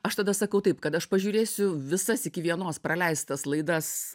aš tada sakau taip kad aš pažiūrėsiu visas iki vienos praleistas laidas